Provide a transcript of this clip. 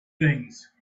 things